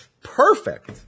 Perfect